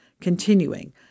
continuing